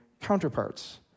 counterparts